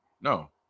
No